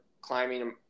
climbing